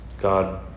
God